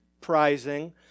prizing